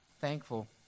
thankful